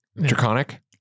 Draconic